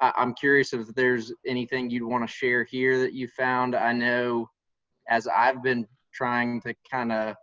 i'm curious if there's anything you'd wanna share here that you found. i know as i've been trying to kinda